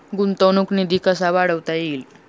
गुंतवणूक निधी कसा वाढवता येईल?